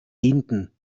dienten